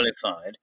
qualified